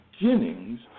beginnings